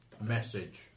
Message